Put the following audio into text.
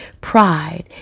pride